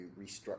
restructure